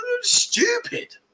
stupid